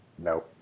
No